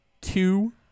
Two